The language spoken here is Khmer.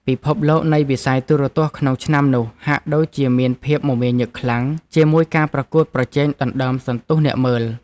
ពិភពលោកនៃវិស័យទូរទស្សន៍ក្នុងឆ្នាំនោះហាក់ដូចជាមានភាពមមាញឹកខ្លាំងជាមួយការប្រកួតប្រជែងដណ្តើមសន្ទុះអ្នកមើល។